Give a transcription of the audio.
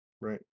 Right